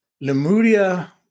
Lemuria